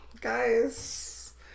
guys